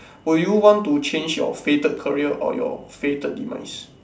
will you want to change your fated career or your fated demise